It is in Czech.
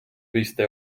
byste